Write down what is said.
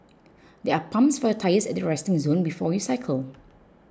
there are pumps for your tyres at the resting zone before you cycle